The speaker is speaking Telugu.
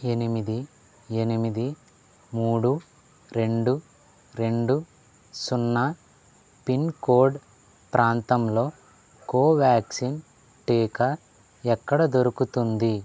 ఎనిమిది ఎనిమిది మూడు రెండు రెండు సున్నా పిన్ కోడ్ ప్రాంతంలో కోవాక్సిన్ టీకా ఎక్కడ దొరుకుతుంది